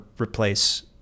replace